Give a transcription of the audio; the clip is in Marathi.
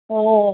हो